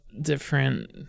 different